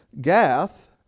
Gath